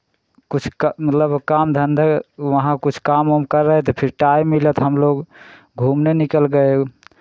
कुछ काम मतलब काम धंधे वहाँ कुछ काम वाम कर रहे थे फिर टाइम मिला तो हम लोग घूमने निकल गए और